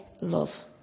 love